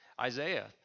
Isaiah